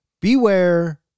Beware